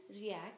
react